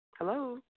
Hello